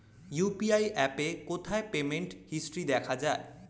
UPI অ্যাপে কোথায় payment history দেখা যায়?